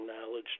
knowledge